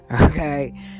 okay